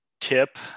tip